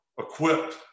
equipped